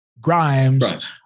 Grimes